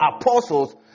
apostles